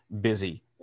busy